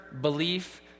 belief